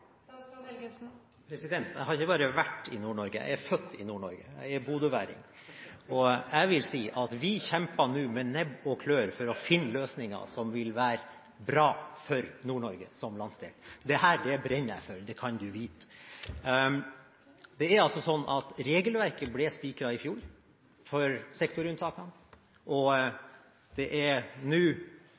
Jeg har ikke bare vært i Nord-Norge, jeg er født i Nord-Norge; jeg er bodøværing. Vi kjemper nå med nebb og klør for å finne løsninger som vil være bra for Nord-Norge som landsdel. Dette brenner jeg for, det skal du vite. Dette regelverket ble altså spikret i fjor for sektorunntakene, og det